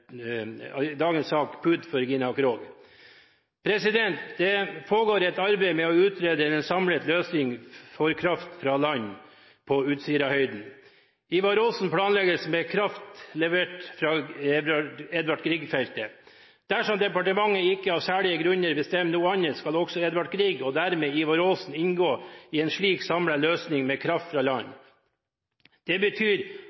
for Gina Krog-feltet. Det pågår et arbeid med å utrede en samlet løsning for kraft fra land på Utsirahøyden. Ivar Aasen-feltet planlegges med kraft levert fra Edvard Grieg-feltet. Dersom departementet ikke av særlige grunner bestemmer noe annet, skal også Edvard Grieg-feltet – og dermed Ivar Aasen-feltet – inngå i en slik samlet løsning med kraft fra land. Det betyr